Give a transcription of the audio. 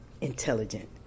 intelligent